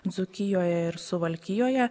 dzūkijoje ir suvalkijoje